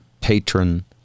patron